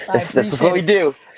this this is what we do.